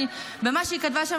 אז מה שהיא כתבה שם,